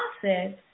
process